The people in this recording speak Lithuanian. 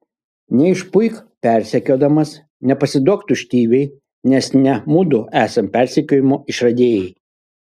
neišpuik persekiodamas nepasiduok tuštybei nes ne mudu esam persekiojimo išradėjai